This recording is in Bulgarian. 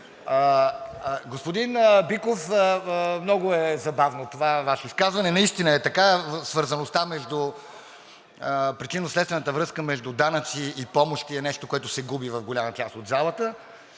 Господин Биков, много е забавно това Ваше изказване. Наистина е така, свързаността между причинно-следствената връзка между данъци и помощи